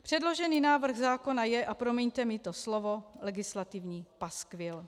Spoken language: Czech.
Předložený návrh zákona je, a promiňte mi to slovo, legislativní paskvil.